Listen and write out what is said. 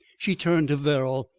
she turned to verrall.